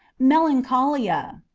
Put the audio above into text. melancholia.